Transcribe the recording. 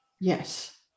Yes